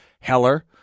Heller